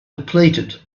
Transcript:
depleted